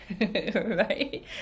right